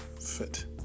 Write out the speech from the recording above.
fit